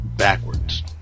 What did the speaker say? backwards